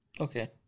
Okay